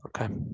Okay